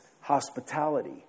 hospitality